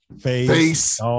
Face